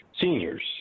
seniors